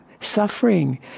suffering